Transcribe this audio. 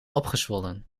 opgezwollen